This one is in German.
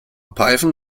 python